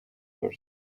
first